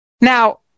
Now